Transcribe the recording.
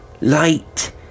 Light